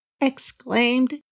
exclaimed